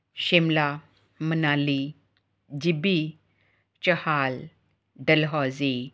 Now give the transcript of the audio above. Shimla Manali Jibhi Chail Dalhousie